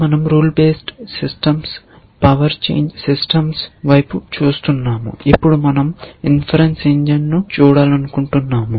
మనం rule based systems power change systems వైపు చూస్తున్నాము ఇప్పుడు మనం ఇన్ఫరన్స ఇంజిన్ను చూడాలనుకుంటున్నాము